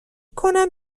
کنم